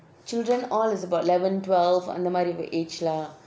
children all is about eleven twelve அந்தமாதிரி:anthamathiri age lah